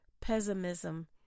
pessimism